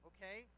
Okay